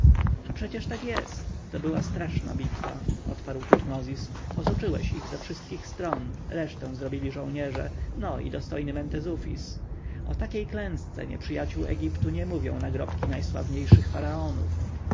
a przecież tak jest to była straszna bitwa odparł tutmozis otoczyłeś ich ze wszystkich stron resztę zrobili żołnierze no i dostojny mentezufis o takiej klęsce nieprzyjaciół egiptu nie mówią nagrobki najsławniejszych faraonów